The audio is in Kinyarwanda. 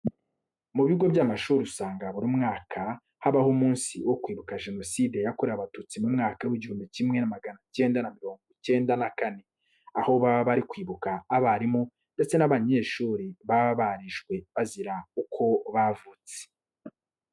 Mu bigo by'amashuri usanga buri mwaka habaho umunsi wo kwibuka Jenoside yakorewe Abatutsi mu mwaka w'igihumbi kimwe magana cyenda mirongo icyenda na kane. Aho baba bari kwibuka abarimu ndetse n'abanyeshuri baba barishwe bazira uko bavutse.